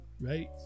right